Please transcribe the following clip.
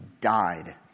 died